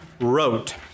wrote